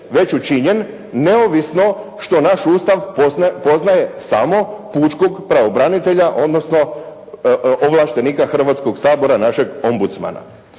već učinjen neovisno što naš Ustav poznaje samo pučkog pravobranitelja, odnosno ovlaštenika Hrvatskog sabora našeg ombudsmana.